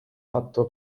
fatto